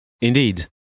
Indeed